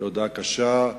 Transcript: הודעה קשה.